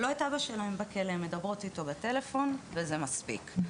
הן מדברות איתו בטלפון וזה מספיק.